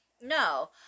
No